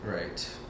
Right